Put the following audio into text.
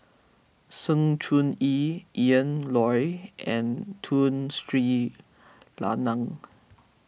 Sng Choon Yee Ian Loy and Tun Sri Lanang